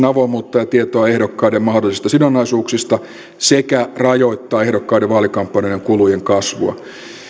avoimuutta ja tietoa ehdokkaiden mahdollisista sidonnaisuuksista sekä rajoittaa ehdokkaiden vaalikampanjoiden kulujen kasvua